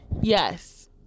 yes